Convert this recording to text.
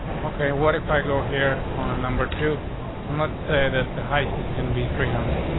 okay, and what if i go here on a number two and let's say that the height is going to be three hundred